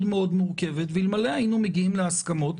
מאוד מורכבת ואלמלא היינו מגיעים להסכמות,